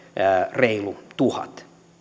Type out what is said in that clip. reilu tuhat